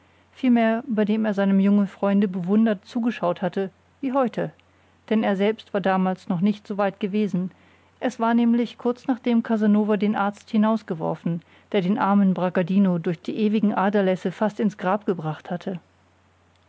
vielmehr bei dem er seinem jungen freunde bewundernd zugeschaut hatte wie heute denn er selbst war damals noch nicht so weit gewesen es war nämlich kurz nachdem casanova den arzt hinausgeworfen der den armen bragadino durch die ewigen aderlässe fast ins grab gebracht hatte